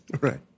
Right